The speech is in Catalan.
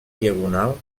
diagonal